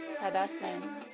Tadasan